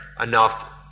enough